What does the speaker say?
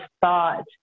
thought